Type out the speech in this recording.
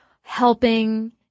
helping